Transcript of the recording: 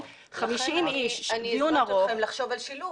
הזמנתי אתכם לחשוב על שילוב.